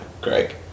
Greg